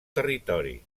territori